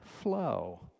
Flow